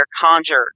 conjured